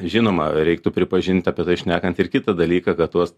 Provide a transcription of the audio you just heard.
žinoma reiktų pripažinti apie tai šnekant ir kitą dalyką kad tos